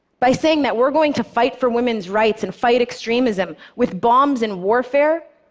by saying that we're going to fight for women's rights and fight extremism with bombs and warfare,